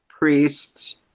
priests